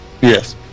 Yes